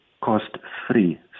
cost-free